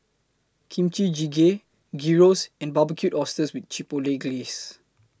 Kimchi Jjigae Gyros and Barbecued Oysters with Chipotle Glaze